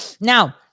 Now